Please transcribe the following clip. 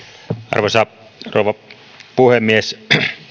arvoisa rouva puhemies